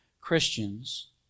Christians